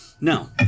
now